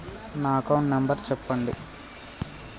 నా account number చెప్పండి?